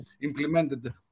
implemented